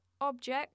object